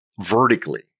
vertically